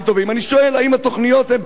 הכי טובים, אני שואל אם התוכניות הן